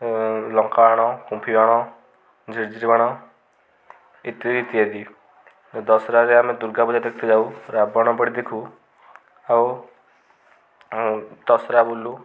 ଲଙ୍କାବାଣ କୁମ୍ଫି ବାଣ ଝିର୍ଝିରି ବାଣ ଇତ୍ୟାଦି ଇତ୍ୟାଦି ଦଶହରାରେ ଆମେ ଦୁର୍ଗା ପୂଜା ଦେଖିତେ ଯାଉ ରାବଣ ପୋଡ଼ି ଦେଖୁ ଆଉ ଦଶହରା ବୁଲୁ